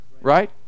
right